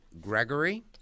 Gregory